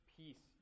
peace